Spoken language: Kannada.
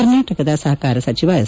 ಕರ್ನಾಟಕದ ಸಹಕಾರ ಸಚಿವ ಎಸ್